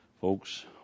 Folks